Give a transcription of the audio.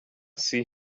see